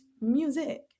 music